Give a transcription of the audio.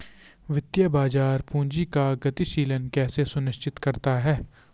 वित्तीय बाजार पूंजी का गतिशीलन कैसे सुनिश्चित करता है?